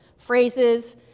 phrases